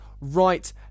right